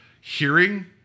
hearing